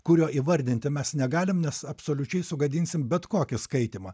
kurio įvardinti mes negalim nes absoliučiai sugadinsim bet kokį skaitymą